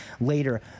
later